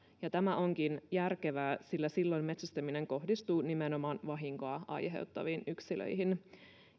ja tämä onkin järkevää sillä silloin metsästäminen kohdistuu nimenomaan vahinkoa aiheuttaviin yksilöihin